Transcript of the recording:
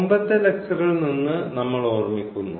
മുമ്പത്തെ ലക്ച്ചറിൽ നിന്ന് നമ്മൾ ഓർമ്മിക്കുന്നു